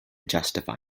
justify